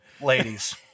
ladies